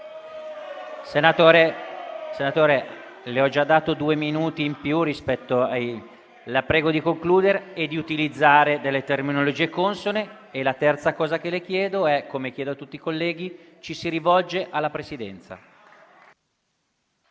Senatore Lisei, le ho già concesso due minuti in più rispetto ai colleghi. La prego di concludere e di utilizzare delle terminologie consone. Un'altra cosa che le chiedo, e la chiedo a tutti i colleghi, è di rivolgersi alla Presidenza.